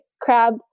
crab